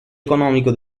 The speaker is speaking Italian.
economico